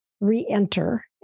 re-enter